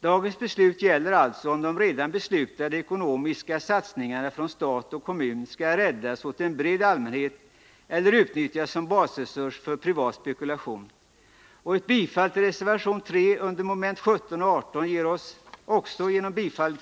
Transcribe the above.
Dagens beslut gäller alltså om de redan beslutade ekonomiska satsningarna från stat och kommun skall räddas åt en bred allmänhet eller utnyttjas som basresurs för privat spekulation.